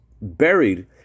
buried